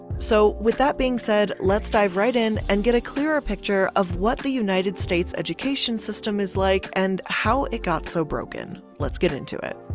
so with that being said, let's dive right in and get a clearer picture of what the united states education system is like and how it got so broken. let's get into it.